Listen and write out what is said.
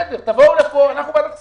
תבואו לכאן, אנחנו ועדת כספים,